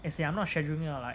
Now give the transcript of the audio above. as in I'm not scheduling lah like